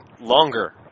longer